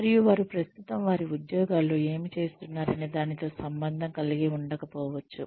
మరియు వారు ప్రస్తుతం వారి ఉద్యోగాల్లో ఏమి చేస్తున్నారనే దానితో సంబంధం కలిగి ఉండకపోవచ్చు